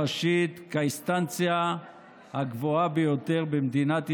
כאינסטנציה הגבוהה ביותר במדינת ישראל,